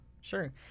Sure